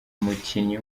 umukinnyi